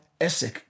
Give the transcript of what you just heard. Essek